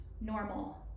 normal